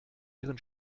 ihren